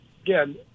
again